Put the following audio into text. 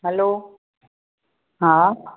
हलो हा